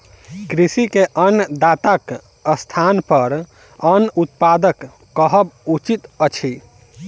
कृषक के अन्नदाताक स्थानपर अन्न उत्पादक कहब उचित अछि